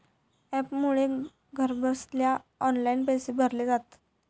ॲपमुळे घरबसल्या ऑनलाईन पैशे भरले जातत